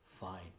fine